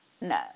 no